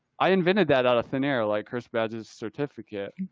i invented that out of thin air, like chris badges certificate,